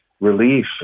relief